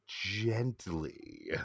gently